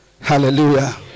Hallelujah